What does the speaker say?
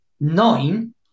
nine